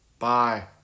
Bye